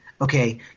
Okay